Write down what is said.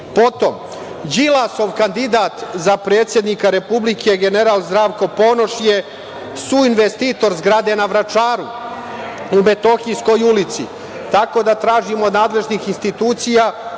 Srbije. Potom, Đilasov kandidat za predsednika Republike general Zdravko Ponoš je suinvestitor zgrade na Vračaru u Metohijskoj ulici. Tražim od nadležnih institucija